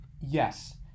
Yes